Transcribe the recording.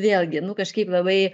vėlgi nu kažkaip labai